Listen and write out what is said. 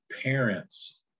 parents